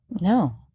No